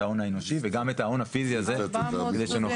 ההון האנושי וגם את ההון הפיזי הזה כדי שנוכל